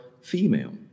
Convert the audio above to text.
female